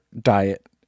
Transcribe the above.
diet